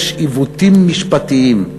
יש עיוותים משפטיים.